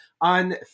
on